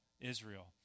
Israel